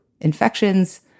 infections